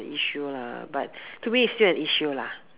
the issue lah but to me it's still an issue lah